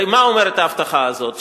הרי מה אומרת ההבטחה הזאת?